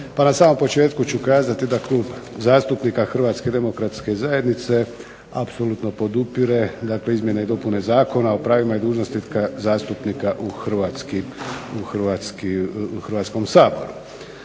Na samom početku ću kazati da Klub zastupnika HDZ-a podupire izmjene i dopune Zakona o pravima i dužnostima zastupnika u Hrvatskom saboru.